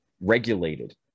regulated